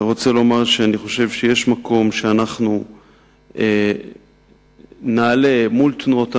אני חושב שיש מקום שאנחנו נעלה מול תנועות הנוער,